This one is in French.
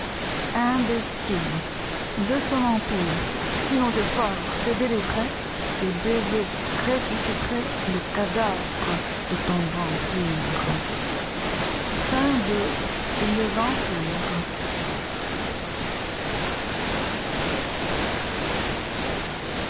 imbécile de son empiresi nos efforts te délivraient tes baisers ressusciteraientle cadavre de ton vampire